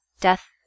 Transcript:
death